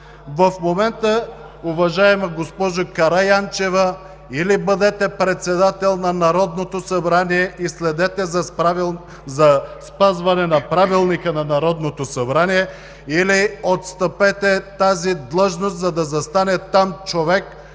В момента, уважаема госпожо Караянчева, или бъдете председател на Народното събрание и следете за спазване на Правилника на Народното събрание, или отстъпете тази длъжност, за да застане там човек,